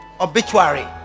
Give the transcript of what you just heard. obituary